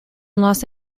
los